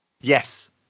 yes